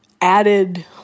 added